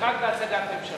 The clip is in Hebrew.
ורק בהצגת ממשלה.